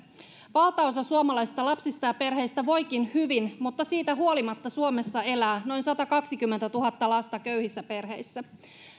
valtaosa suomalaisista lapsista ja perheistä voikin hyvin mutta siitä huolimatta suomessa elää noin satakaksikymmentätuhatta lasta köyhissä perheissä